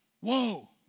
Whoa